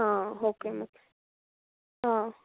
ಹಾಂ okay ma'am ಹಾಂ